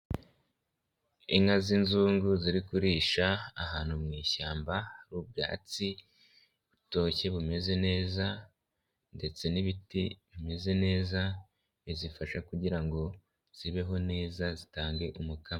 Inka z'inzungu ziri kurisha ahantu mu ishyamba ubwatsi butoshye bumeze neza ndetse n'ibiti bimeze neza bizifasha kugira ngo zibeho neza zitange umugamo.